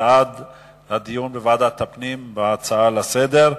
בדיון בוועדת הפנים בהצעות לסדר-היום,